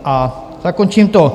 A zakončím to.